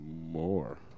more